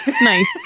Nice